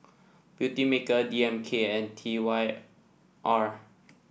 Beautymaker D M K and T Y R